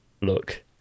Look